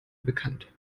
bekannt